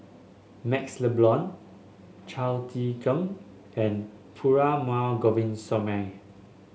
MaxLe Blond Chao Tzee Cheng and Perumal Govindaswamy